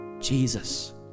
Jesus